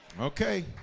Okay